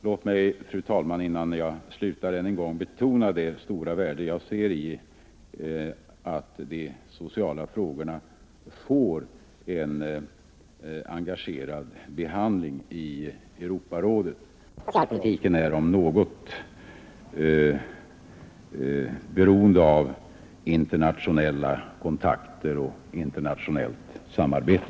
Låt mig, fru talman, innan jag slutar än en gång betona det stora värde jag ser i att de sociala frågorna får en engagerad behandling i Europarådet. Socialpolitiken är om något beroende av internationella kontakter och internationellt samarbete.